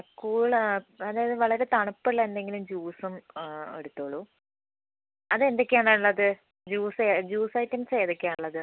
cool അതായത് വളരെ തണുപ്പുള്ള എന്തെങ്കിലും ജ്യൂസും എടുത്തോളൂ അത് എന്തൊക്കെയാണുള്ളത് ജ്യൂസ് ജ്യൂസ് ഐറ്റംസ് ഏതൊക്കെയാ ഉള്ളത്